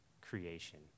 creation